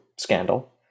scandal